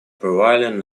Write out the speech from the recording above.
prevailing